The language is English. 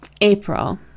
April